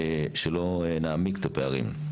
כדי שלא נעמיק את הפערים.